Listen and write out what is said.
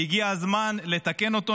והגיע הזמן לתקן אותו.